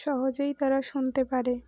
সহজেই তারা শুনতে পারে